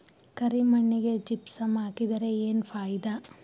ಕರಿ ಮಣ್ಣಿಗೆ ಜಿಪ್ಸಮ್ ಹಾಕಿದರೆ ಏನ್ ಫಾಯಿದಾ?